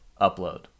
upload